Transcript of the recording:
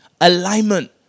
Alignment